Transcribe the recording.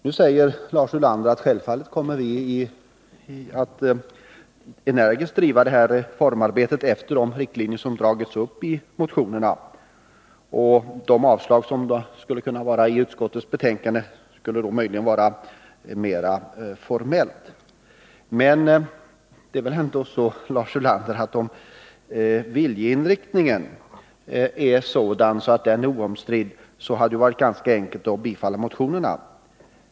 Nu säger Lars Ulander att man självfallet kommer att energiskt driva reformarbetet efter de riktlinjer som har dragits upp i motionerna. De avstyrkanden som finns i utskottets betänkande skulle vara av mera formell karaktär. Men, Lars Ulander, om viljeinriktningen är oomstridd, hade det varit ganska enkelt att tillstyrka motionerna.